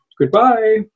goodbye